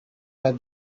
are